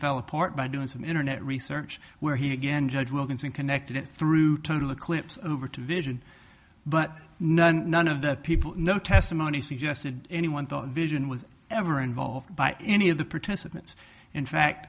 fell apart by doing some internet research where he again judge wilkinson connected through total eclipse of over to vision but none none of the people know testimony suggested anyone thought vision was ever involved by any of the participants in fact